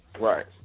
Right